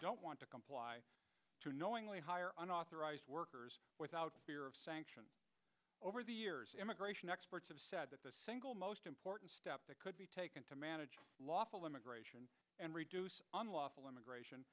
don't want to comply to knowingly hire an authorized workers without fear of sanctions over the years immigration experts have said that the single most important step that could be taken to manage lawful immigration and reduce unlawful immigration